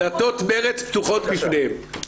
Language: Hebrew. דלתות מר"צ פתוחות בפני הנשים שלנו.